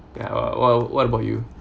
ya what what about you